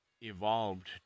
evolved